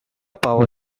power